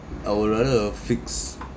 I would rather a fixed